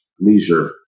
leisure